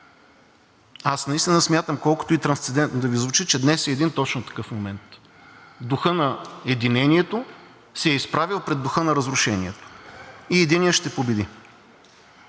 Аз наистина смятам, колкото и трансцендентно да Ви звучи, че днес е един точно такъв момент – духът на единението се е изправил пред духа на разрушението и единият ще победи.